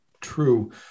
true